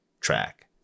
track